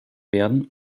werden